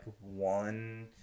one